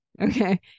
Okay